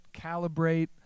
calibrate